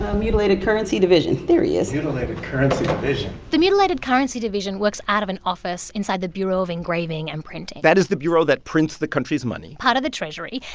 mutilated currency division. there he is mutilated currency division the mutilated currency division works out of an office inside the bureau of engraving and printing. that is the bureau that prints the country's money. part of the treasury.